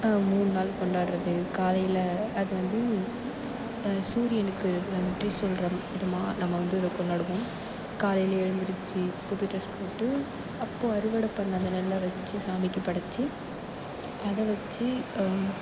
மூணு நாள் கொண்டாடுறது காலையில் அதுவந்து சூரியனுக்கு நன்றி சொல்கிற விதமாக நம்ம வந்து இதை கொண்டாடுவோம் காலையில் எழுந்திரிச்சி புது டிரஸ் போட்டு அப்போ அறுவடை பண்ண அந்த நெல்ல வச்சி சாமிக்கு படைச்சி அதை வச்சி